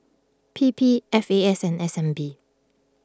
P P F A S and S N B